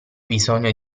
bisogno